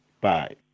Bye